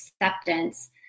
acceptance